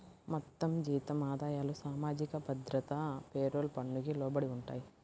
మొత్తం జీతం ఆదాయాలు సామాజిక భద్రత పేరోల్ పన్నుకు లోబడి ఉంటాయి